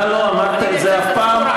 אתה לא אמרת את זה אף פעם,